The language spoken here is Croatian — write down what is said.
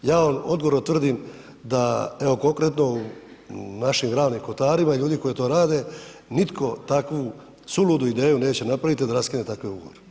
Ja vam odgovorno tvrdim da, evo, konkretno u našim Ravnim kotarima ljudi koji to rade, nitko takvu suludu ideju neće napraviti da raskine takve ugovore.